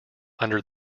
under